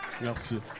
Merci